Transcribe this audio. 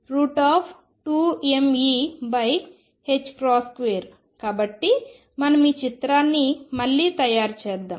కాబట్టి మనం ఈ చిత్రాన్ని మళ్లీ తయారు చేద్దాం